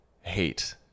hate